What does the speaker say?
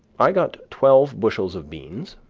i got twelve bushels of beans,